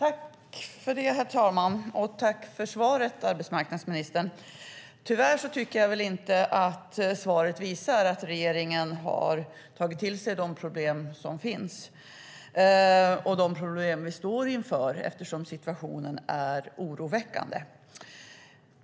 Herr talman! Jag tackar arbetsmarknadsministern för svaret. Tyvärr tycker jag väl inte att svaret visar att regeringen skulle ha tagit till sig de problem som finns och de problem vi står inför. Situationen är oroväckande.